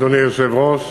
אדוני היושב-ראש,